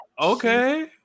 Okay